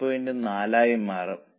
4 ആയി മാറും